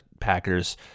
Packers